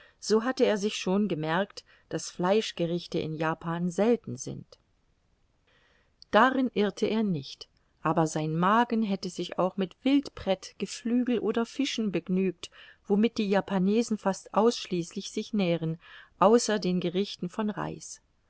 so hatte er sich schon gemerkt daß fleischgerichte in japan selten sind darin irrte er nicht aber sein magen hätte sich auch mit wildpret geflügel oder fischen begnügt womit die japanesen fast ausschließlich sich nähren außer den gerichten von reis